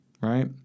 right